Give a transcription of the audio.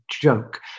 joke